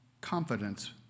Confidence